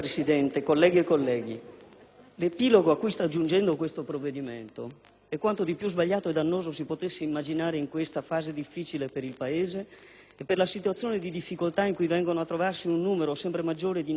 l'epilogo a cui sta giungendo questo provvedimento è quanto di più sbagliato e dannoso si potesse immaginare in questa fase difficile per il Paese e per la situazione di difficoltà in cui vengono a trovarsi un numero sempre maggiore di nostri concittadini e le loro famiglie.